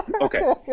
Okay